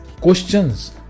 questions